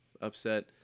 upset